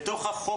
בתוך הצעת החוק